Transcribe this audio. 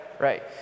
Right